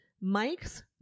Mike's